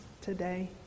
today